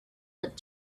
that